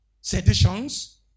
seditions